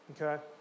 okay